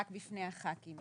רק בפני הח"כים,